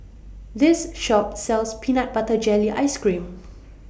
This Shop sells Peanut Butter Jelly Ice Cream